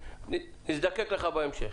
נזדקק לך בהמשך.